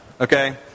okay